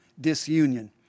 disunion